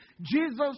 Jesus